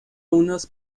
unos